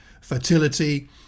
fertility